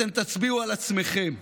אתם תצביעו על עצמכם,